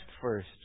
first